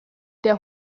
der